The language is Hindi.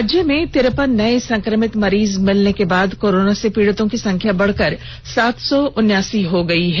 राज्य में तिरेपन नये संक्रमित मरीज मिलने के बाद कोरोना से पीड़ितों की संख्या बढ़कर सात सौ उन्यासी हो गयी है